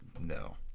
no